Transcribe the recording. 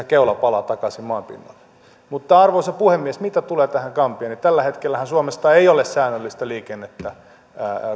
keula palaa takaisin maan pinnalle mutta arvoisa puhemies mitä tulee tähän gambiaan niin tällä hetkellähän suomesta ei ole säännöllistä liikennettä